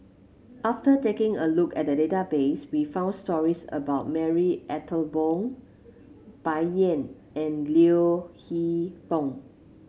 after taking a look at the database we found stories about Marie Ethel Bong Bai Yan and Leo Hee Tong